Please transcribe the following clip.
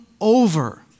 over